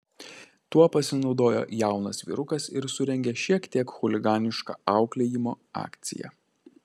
tuo pasinaudojo jaunas vyrukas ir surengė šiek tiek chuliganišką auklėjimo akciją